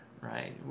right